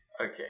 Okay